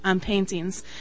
paintings